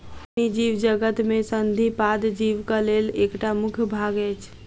कठिनी जीवजगत में संधिपाद जीवक लेल एकटा मुख्य भाग अछि